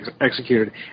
executed